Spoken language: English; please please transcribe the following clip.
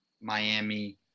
Miami